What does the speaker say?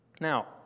Now